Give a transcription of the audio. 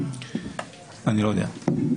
אני לא יודע.